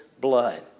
blood